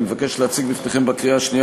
אני מבקש להציג בפניכם לקריאה השנייה